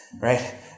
Right